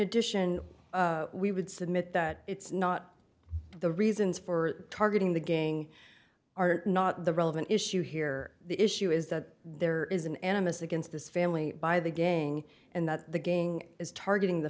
addition we would submit that it's not the reasons for targeting the gang are not the relevant issue here the issue is that there is an animist against this family by the gang and that the gang is targeting the